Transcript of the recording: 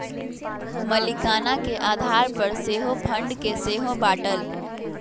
मलीकाना के आधार पर सेहो फंड के सेहो बाटल